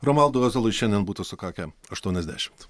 romualdui ozolui šiandien būtų sukakę aštuoniasdešimt